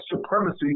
supremacy